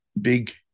big